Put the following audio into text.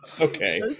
Okay